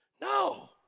No